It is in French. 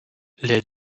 les